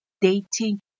dating